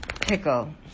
pickle